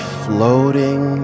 floating